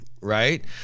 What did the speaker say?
right